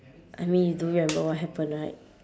I mean do you remember what happen right